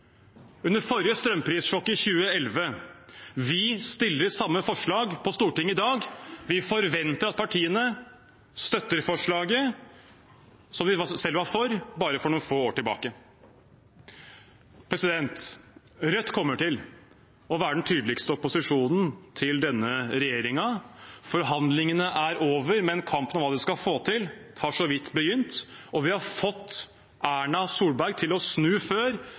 under forrige strømprissjokk i 2011. Vi fremmer samme forslag på Stortinget i dag, og forventer at disse partiene støtter forslaget de selv var for bare noen få år tilbake. Rødt kommer til å være den tydeligste opposisjonen til denne regjeringen. Forhandlingene er over, men kampen om hva de skal få til, har så vidt begynt. Og vi har fått Erna Solberg til å snu før.